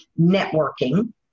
networking